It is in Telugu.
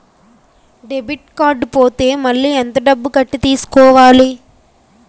డెబిట్ కార్డ్ పోతే మళ్ళీ ఎంత డబ్బు కట్టి తీసుకోవాలి?